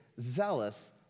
zealous